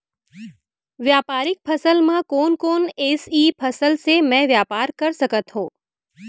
व्यापारिक फसल म कोन कोन एसई फसल से मैं व्यापार कर सकत हो?